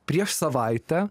prieš savaitę